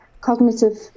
cognitive